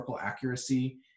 accuracy